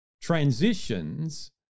transitions